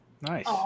Nice